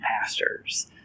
pastor's